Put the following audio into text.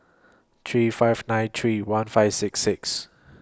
three five nine three one five six six